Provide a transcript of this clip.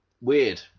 Weird